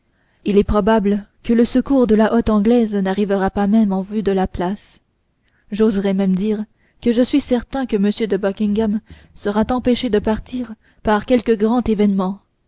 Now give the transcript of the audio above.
il est probable que le secours de la flotte anglaise n'arrivera pas même en vue de la place j'oserai même dire que je suis certain que m de buckingham sera empêché de partir par quelque grand événement